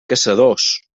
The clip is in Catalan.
caçadors